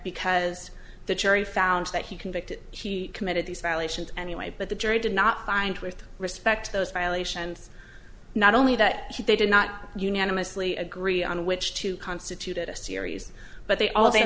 because the jury found that he convicted she committed these violations anyway but the jury did not find with respect to those violations not only that she did not unanimously agree on which to constitute a series but they al